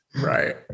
right